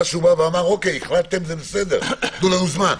לנו זמן.